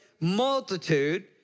multitude